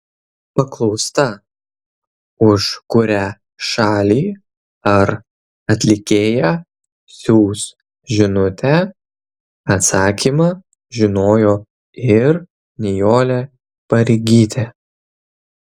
paklausta už kurią šalį ar atlikėją siųs žinutę atsakymą žinojo ir nijolė pareigytė